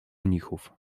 mnichów